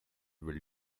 will